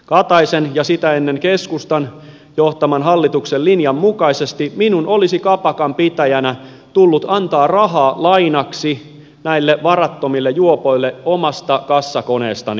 kataisen ja sitä ennen keskustan johtaman hallituksen linjan mukaisesti minun olisi kapakan pitäjänä tullut antaa rahaa lainaksi näille varattomille juopoille omasta kassakoneestani